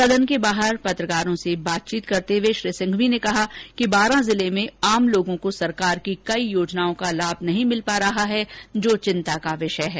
सदन के बाहर पत्रकारों से बातचीत करते हुए श्री सिंघवी ने कहा कि बारां जिले में आम लोगों को सरकार की कई योजनाओं का लाभ नहीं मिल पा रहा है जो चिंता का विषय है